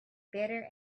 bitter